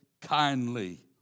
kindly